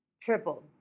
tripled